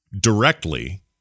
directly